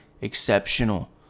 exceptional